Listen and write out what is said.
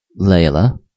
Layla